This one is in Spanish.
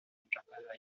encargaba